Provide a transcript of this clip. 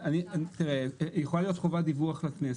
תראה, יכולה להיות חובת דיווח לכנסת.